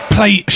Play